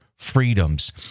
freedoms